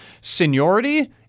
Seniority